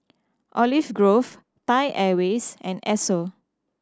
Olive Grove Thai Airways and Esso